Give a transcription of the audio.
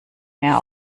mehr